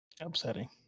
Upsetting